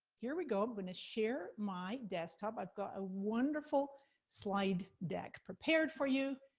here we go, i'm gonna share my desktop. i got a wonderful slide deck prepared for you,